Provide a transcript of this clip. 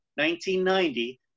1990